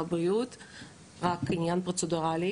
רק שנייה,